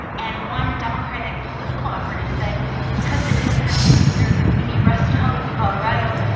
and one democratic political operative said because this is kind of considered the mini rust belt of colorado,